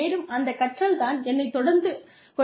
மேலும் அந்தக் கற்றல் தான் என்னைத் தொடர்ந்து கொண்டிருக்கிறது